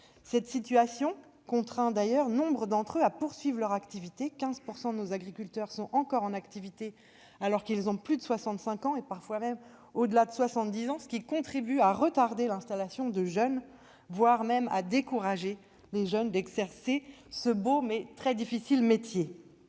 Cette situation contraint en effet nombre d'agriculteurs à poursuivre leur activité : 15 % de nos agriculteurs sont encore en activité, alors qu'ils ont plus de 65 ans- certains vont au-delà de 70 ans ... Cela contribue à retarder l'installation de jeunes, voire à les décourager un peu plus d'exercer ce beau, mais très difficile métier.